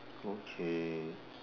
okay